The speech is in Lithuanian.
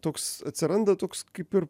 toks atsiranda toks kaip ir